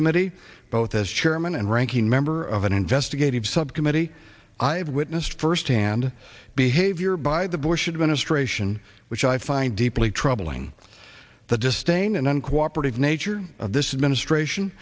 committee both as chairman and ranking member of an investigative subcommittee i have witnessed firsthand behavior by the bush administration which i find deeply troubling the distain and uncooperative nature of this is ministration